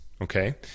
Okay